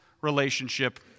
relationship